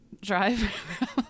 drive